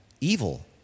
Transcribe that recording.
evil